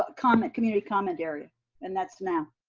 ah comment, community comment area and that's math.